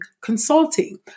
consulting